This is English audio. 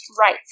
right